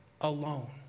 alone